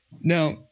Now